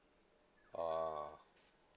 ah